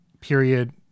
period